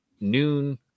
noon